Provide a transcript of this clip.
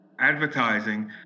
advertising